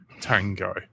Tango